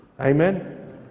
Amen